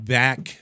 back